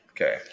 Okay